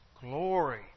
glory